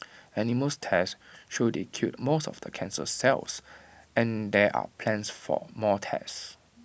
animal tests show they killed most of the cancer cells and there are plans for more tests